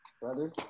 brother